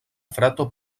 frato